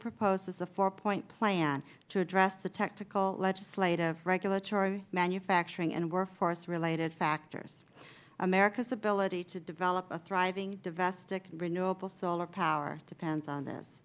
proposes a four point plan to address the technical legislative regulatory manufacturing and workforce related factors america's ability to develop a thriving domestic renewable solar power depends on this